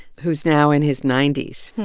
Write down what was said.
who's now in his ninety s.